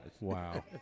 Wow